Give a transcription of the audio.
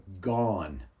gone